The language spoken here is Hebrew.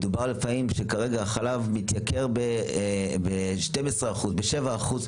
כרגע החלב מתייקר ב-12% או ב-7%,